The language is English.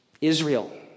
Israel